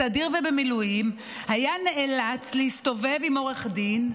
בסדיר ובמילואים היה נאלץ להסתובב עם עורך דין.